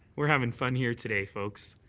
we're having fun here today, folks.